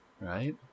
right